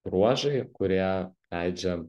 bruožai kurie leidžia